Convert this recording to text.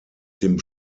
dem